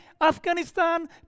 Afghanistan